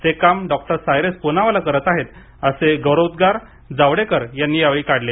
ते काम डॉक्टर सायरस प्नावाला करत आहेत असे गौरवोद्गार जावडेकर यांनी काढले